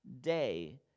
day